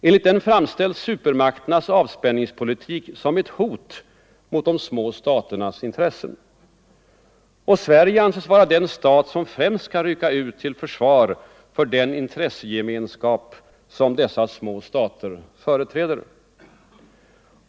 Enligt denna framställs supermakternas avspänningspolitik som ett hot mot de små staternas intressen. Och Sverige anses vara den stat som främst skall rycka ut till försvar för den intressegemenskap som dessa små stater företräder.